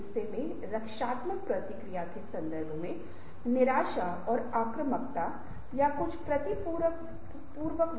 इन सभी लोगों को एक रचनात्मक समाधान के लिए जाने के लिए या एक रचनात्मकता समाधान या इन मामलों में एक नवीनीकरण के लिए जाने के लिए शामिल करने की आवश्यकता है